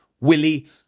willy